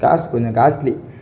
காசு கொஞ்சம் காஸ்ட்லி